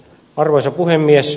arvoisa puhemies